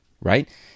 Right